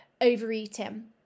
overeating